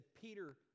Peter